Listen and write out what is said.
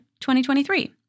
2023